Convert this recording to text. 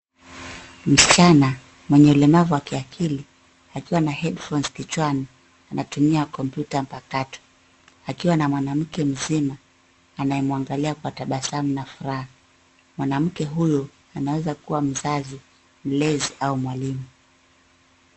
Msichana mwenye ulemavu wa kiakili akiwa na head phones kichwani anatumia kompyuta ya mpakato, akiwa na mwanamke mzima anayemwangalia kwa tabasamu na furaha. Mwanamke huyu anaweza kuwa mzazi, mlezi au mwalimu.